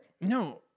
No